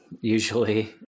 Usually